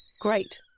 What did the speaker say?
Great